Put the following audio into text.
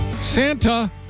Santa